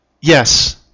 Yes